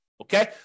Okay